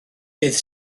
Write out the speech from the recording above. bydd